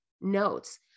notes